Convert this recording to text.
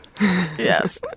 Yes